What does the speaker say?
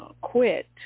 quit